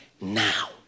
now